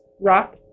rock